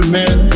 men